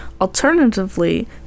Alternatively